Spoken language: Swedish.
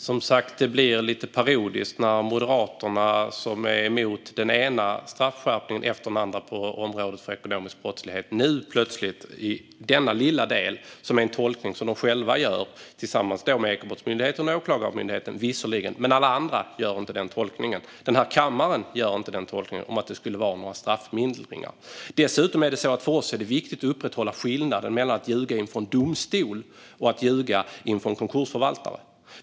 Fru talman! Det blir som sagt lite parodiskt när Moderaterna, som är emot den ena straffskärpningen efter den andra på området för ekonomisk brottslighet, nu plötsligt i denna lilla del gör tolkningen att det skulle vara fråga om straffminskningar. Det är en tolkning som de visserligen gör tillsammans med Ekobrottsmyndigheten och Åklagarmyndigheten, men alla andra gör inte denna tolkning, inte heller denna riksdag. Dessutom är det viktigt för oss att upprätthålla skillnaden mellan att ljuga inför en domstol och att ljuga inför en konkursförvaltare.